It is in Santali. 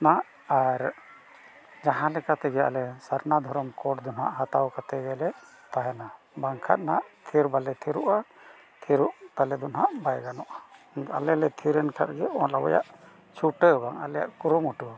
ᱱᱟᱜ ᱟᱨ ᱡᱟᱦᱟᱸ ᱞᱮᱠᱟ ᱛᱮᱜᱮ ᱟᱞᱮ ᱥᱟᱨᱱᱟ ᱫᱷᱚᱨᱚᱢ ᱠᱳᱰ ᱫᱚ ᱱᱟᱜ ᱦᱟᱛᱟᱣ ᱠᱟᱛᱮᱫ ᱜᱮᱞᱮ ᱛᱟᱦᱮᱱᱟ ᱵᱟᱝᱠᱷᱟᱱ ᱱᱟᱜ ᱛᱷᱤᱨ ᱵᱟᱞᱮ ᱛᱷᱤᱨᱳᱜᱼᱟ ᱛᱷᱤᱨᱚᱜ ᱛᱟᱞᱮ ᱫᱚ ᱦᱟᱸᱜ ᱵᱟᱭ ᱜᱟᱱᱚᱜᱼᱟ ᱟᱞᱮ ᱞᱮ ᱛᱷᱤᱨᱮᱱ ᱠᱷᱟᱱᱜᱮ ᱚᱞ ᱟᱵᱚᱣᱟᱜ ᱪᱷᱩᱴᱟᱹᱣ ᱵᱟᱝ ᱟᱞᱮᱭᱟᱜ ᱠᱩᱨᱩᱢᱩᱴᱩ